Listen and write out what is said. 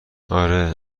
آره